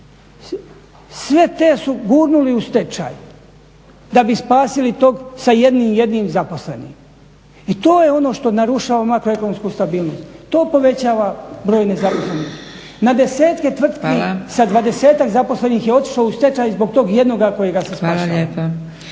sve te su gurnuli u stečaj da bi spasili tog sa jednim jedinim zaposlenim. I to je ono što narušava makroekonomsku stabilnost, to povećava broj nezaposlenih. Na desetke tvrtki sa 20-tak zaposlenih je otišlo u stečaj zbog tog jednoga kojega se spašava.